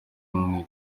umwe